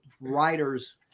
writer's